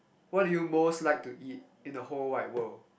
what do you most like to eat in the whole wide world